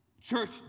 Church